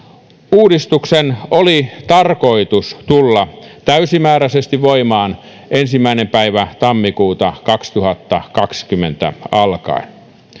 uudistuksen oli tarkoitus tulla täysimääräisesti voimaan ensimmäinen päivä tammikuuta kaksituhattakaksikymmentä alkaen